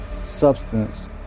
substance